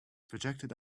projected